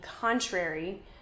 contrary